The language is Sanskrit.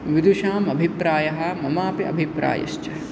विदूषामभिप्रायः ममापि अभिप्रायश्च